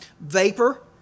vapor